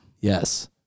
yes